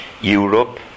Europe